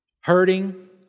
Hurting